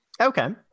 Okay